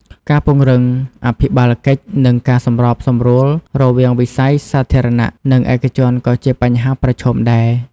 ការពង្រឹងអភិបាលកិច្ចនិងការសម្របសម្រួលរវាងវិស័យសាធារណៈនិងឯកជនក៏ជាបញ្ហាប្រឈមដែរ។